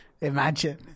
Imagine